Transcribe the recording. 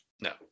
No